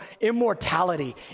immortality